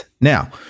now